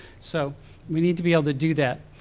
so we need to be able to do that.